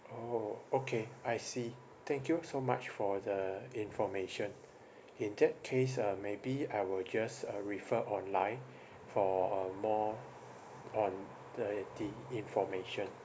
orh okay I see thank you so much for the information in that case uh maybe I will just uh refer online for uh more on the the information